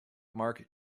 mark